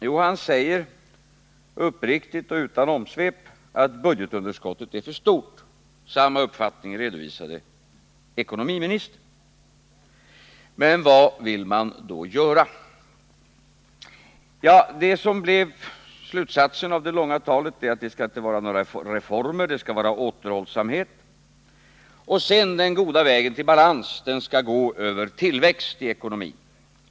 Jo, han säger uppriktigt och utan omsvep att budgetunderskottet är för stort, och samma uppfattning redovisade ekonomiministern. Vad vill man då göra? Slutsatsen av det långa talet blev att det inte skall bli några reformer utan att man skall vara återhållsam. Den goda vägen till balans skall sedan gå över tillväxt i ekonomin.